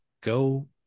go